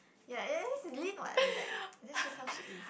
ya ya that's Lin what that's how she is